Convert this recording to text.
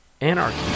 Anarchy